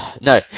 No